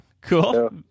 cool